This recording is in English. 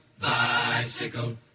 bicycle